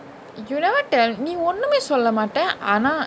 you never tell நீ ஒன்னுமே சொல்ல மாட்ட ஆனா:nee onnume solla maata aana